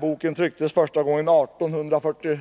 Boken trycktes första gången 1847.